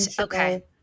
Okay